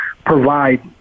provide